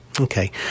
okay